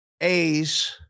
A's